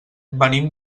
venim